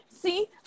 see